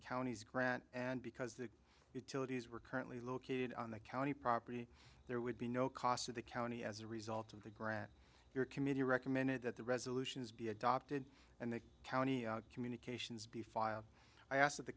county's grant and because the utilities were currently located on the county property there would be no cost to the county as a result of the grant your committee recommended that the resolutions be adopted and the county communications be filed i asked of the